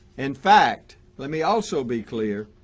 in fact, let me also be clear,